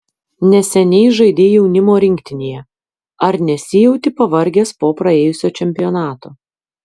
neseniai žaidei jaunimo rinktinėje ar nesijauti pavargęs po praėjusio čempionato